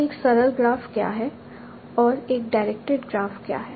तो एक सरल ग्राफ क्या है और एक डायरेक्टेड ग्राफ क्या है